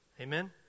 Amen